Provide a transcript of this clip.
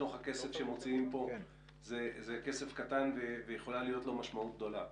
בתוך הכסף שמוציאים פה זה כסף קטן ויכולה להיות לו משמעות גדולה.